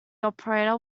operator